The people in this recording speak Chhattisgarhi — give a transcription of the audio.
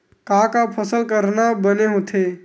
का का फसल करना बने होथे?